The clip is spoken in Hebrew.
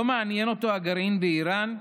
לא מעניין אותו הגרעין באיראן,